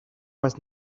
was